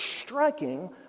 striking